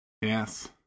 Yes